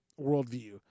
worldview